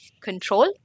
control